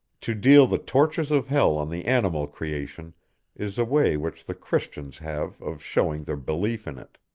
to deal the tortures of hell on the animal creation is a way which the christians have of showing their belief in it.